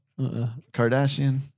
Kardashian